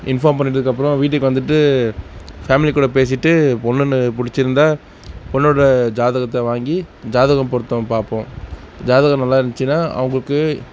inform பண்ணிணதுக்கப்புறம் வீட்டுக்கு வந்துட்டு ஃபேமிலி கூட பேசிவிட்டு பெண்ணுன்னு பிடிச்சிருந்தா பெண்ணோட ஜாதகத்தை வாங்கி ஜாதகம் பொருத்தம் பார்ப்போம் ஜாதகம் நல்லா இருந்துச்சின்னால் அவங்களுக்கு